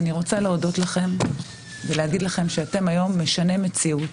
אני רוצה להודות לכם ולהגיד לכם שאתם היום משני מציאות,